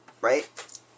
right